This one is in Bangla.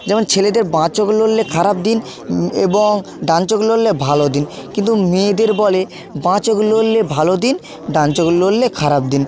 যেমন ছেলেদের বাঁ চোখ নড়লে খারাপ দিন এবং ডান চোখ নড়লে ভালো দিন কিন্তু মেয়েদের বলে বাঁ চোখ নড়লে ভালো দিন ডান চোখ নড়লে খারাপ দিন